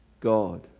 God